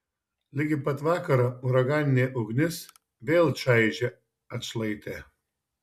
ligi pat vakaro uraganinė ugnis vėl čaižė atšlaitę